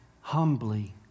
humbly